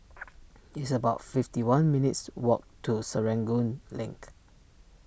it's about fifty one minutes' walk to Serangoon Link